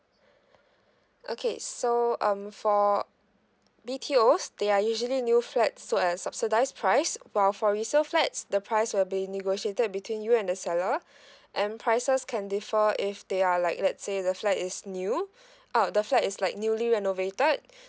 okay so um for B_T_Os they are usually new flat so are at subsidised price while for resale flats the price will be negotiated between you and the seller and prices can differ if they are like let's say the flat is new ah the flat is like newly renovated